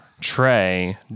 Trey